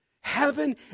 Heaven